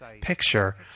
picture